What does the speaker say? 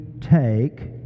take